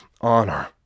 honor